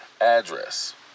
address